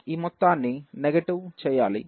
ఈ మొత్తాన్ని నెగటివ్ చేయాలి